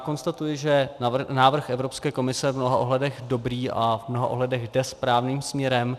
Konstatuji, že návrh Evropské komise je v mnoha ohledech dobrý a v mnoha ohledech jde správným směrem.